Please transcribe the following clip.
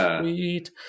Sweet